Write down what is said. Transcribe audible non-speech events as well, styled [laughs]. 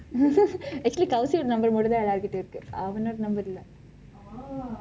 [laughs] actually kousi உடைய:udaiya number மட்டும் தான் எல்லாருக்கும் இருக்கு அவனுடைய:mattum thaan ellarukkum irukku avanudaiya number இல்லை:illai